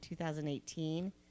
2018